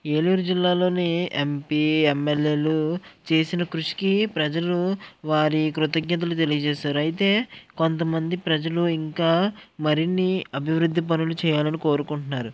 ఏలూరు జిల్లాలోని ఎంపీ ఎమ్ఎల్ఏలు చేసిన కృషికి ప్రజలు వారి కృతజ్ఞతలు తెలియచేసారు అయితే కొంతమంది ప్రజలు ఇంకా మరిన్ని అభివృద్ధి పనులు చేయాలని కోరుకుంటున్నారు